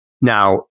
Now